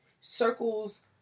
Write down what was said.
circles